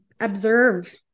observe